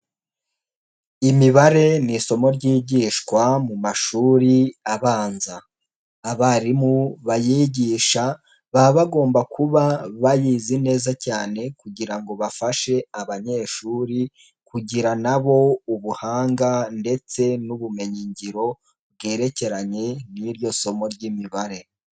Imibare ni isomo ryigishwa mu mashuri abanza. Abarimu bayigisha baba bagomba kuba bayizi neza cyane kugira ngo bafashe abanyeshuri kugira nabo ubuhanga ndetse n'ubumenyi ngiro bwerekeranye n'iryo somo ry'imibare.